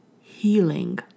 healing